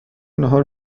ناهار